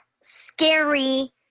scary